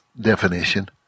definition